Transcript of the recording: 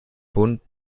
bunt